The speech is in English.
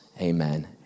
Amen